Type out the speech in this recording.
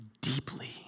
deeply